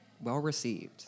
well-received